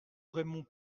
raymond